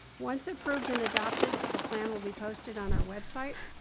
once approved and adopted, the plan will be posted on our website,